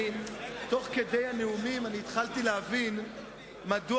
שתוך כדי הנאומים התחלתי להבין מדוע